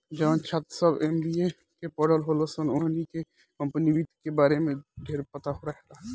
जवन छात्र सभ एम.बी.ए के पढ़ल होलन सन ओहनी के कम्पनी वित्त के बारे में ढेरपता रहेला